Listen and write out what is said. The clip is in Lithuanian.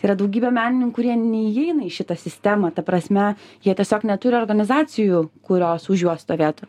yra daugybė menininkų kurie neįeina į šitą sistemą ta prasme jie tiesiog neturi organizacijų kurios už juos stovėtų